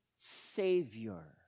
Savior